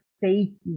faking